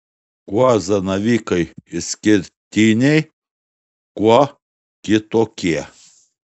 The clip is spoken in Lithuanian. kuo zanavykai išskirtiniai kuo kitokie